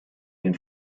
den